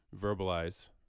verbalize